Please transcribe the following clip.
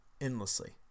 endlessly